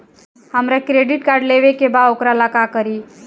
हमरा credit card लेवे के बा वोकरा ला का करी?